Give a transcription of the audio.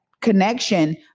connection